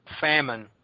famine